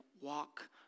walk